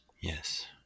Yes